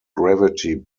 gravity